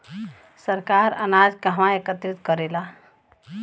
सरकार अनाज के कहवा एकत्रित करेला?